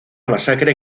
masacre